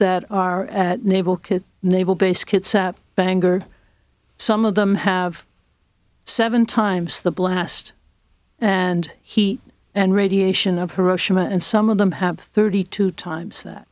that are at naval kid naval base kits bangor some of them have seven times the blast and heat and radiation of hiroshima and some of them have thirty two times that